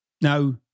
Now